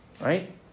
right